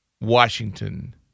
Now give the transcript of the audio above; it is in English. Washington